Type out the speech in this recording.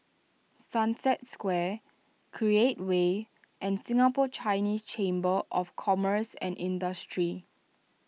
Sunset Square Create Way and Singapore Chinese Chamber of Commerce and Industry